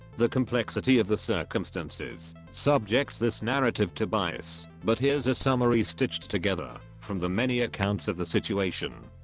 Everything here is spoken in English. the complexity of the circumstances, subjects this narrative to bias, but here's a summary stitched together from the many accounts of the situation.